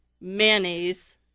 mayonnaise